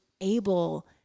able